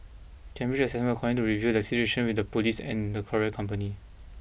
Cambridge Assessment will continue to review the situation with the police and the courier company